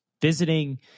visiting